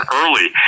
early